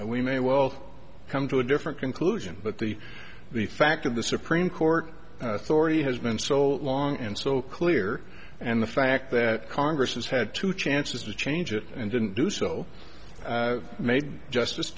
we may well come to a different conclusion but the the fact of the supreme court thore has been so long and so clear and the fact that congress has had two chances to change it and didn't do so made justice